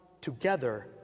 together